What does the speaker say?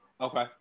Okay